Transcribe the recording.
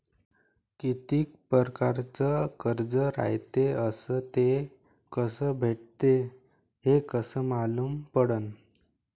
कितीक परकारचं कर्ज रायते अस ते कस भेटते, हे कस मालूम पडनं?